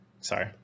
Sorry